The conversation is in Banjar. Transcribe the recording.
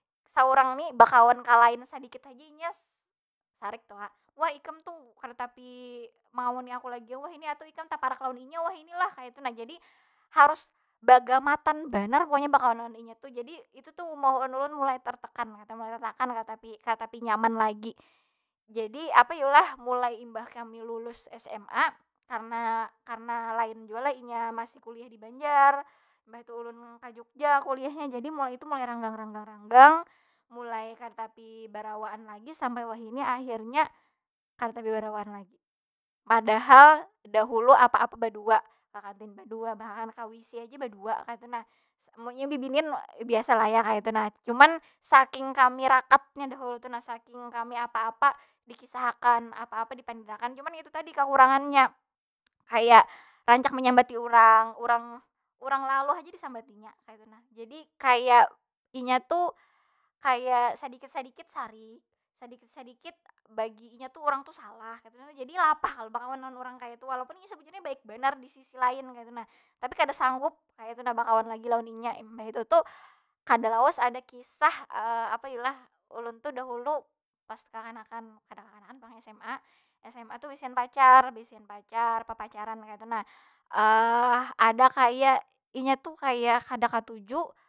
Saurang ni bakawan ka lain sadikit haja, inya sarik tu ha. Wah ikam tu kada tapi mengawani aku lagi wahini, atau ikam taparak lawan inya wahini lah. Jadi harus bagamatan banar pokonya bakawanan lawan inya tu. Jadi, itu tu maulah ulun mulai tartakan kaytu, mulai tartakan kada nyaman lagi. Jadi apa yu lah? Mulai imbah kami lulus sma karena- karena lain jua lah, inya masih kuliah di banjar, mbah itu ulun ka jogya kuliahnya. Jadi mulai itu mulai ranggang- ranggang- ranggang mulai kada tapi barawaan lagi sampai wahini akhirnya kada tapi barawaan lagi. Padahal dahulu apa- apa badua, ka kanti badua, bahkan ka wc aja badua kaytu nah. Munnya bibinian biasa lah ya kaytu nah. Cuman saking kami rakatnya dahulu tu nah, saking kami apa- apa dikisah akan, apa- apa dipandirakan. Cuman ya itu tadi kakurangannya kaya rancak menyambati urang, urang lalu haja disambatinya kaytu nah. Jadi kaya inya tu, kaya sadikit- sadikit sarik, sadikit- sadikit bagi inya tu urang tu salah. Jadi lapah kalo bakawan lawan urang kaytu. Walaupun sabujurnya inya baik banar di sisi lain kaytu nah. Tapi kada sanggup kaytu nah bakawan lagi lawan inya. Imbah itu tu kada lawas ada kisah apa yu lah? Ulun tu dahulu pas kakanakan, kada kakanakan pang sma. Sma tu bisian pacar, papacaran kaytu nah. ada kaya inya tu kaya kada katuj.